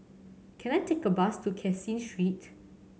can I take a bus to Caseen Street